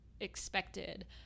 expected